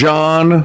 John